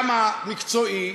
גם המקצועי,